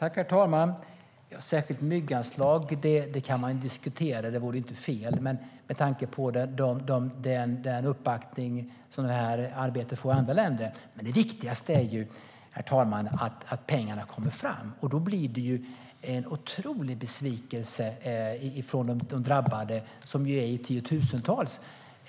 Herr talman! Ett särskilt mygganslag kan man diskutera. Det vore inte fel, med tanke på den uppbackning som det här arbetet får i andra länder. Men det viktigaste, herr talman, är att pengarna kommer fram. Det blir en otrolig besvikelse för de drabbade - det är tiotusentals.